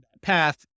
path